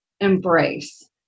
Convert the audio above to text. embrace